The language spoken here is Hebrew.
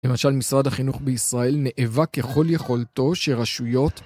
למשל משרד החינוך בישראל נאבק ככל יכולתו שרשויות